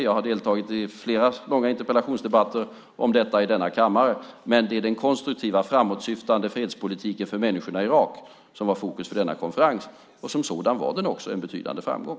Jag har deltagit i flera långa interpellationsdebatter om detta i denna kammare. Men det är den konstruktiva framåtsyftande fredspolitiken för människorna i Irak som var i fokus vid denna konferens, och som sådan var den också en betydande framgång.